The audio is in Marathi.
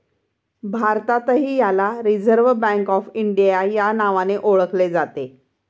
भारतातही याला रिझर्व्ह बँक ऑफ इंडिया या नावाने ओळखले जाते